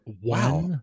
Wow